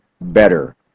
better